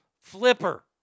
Flipper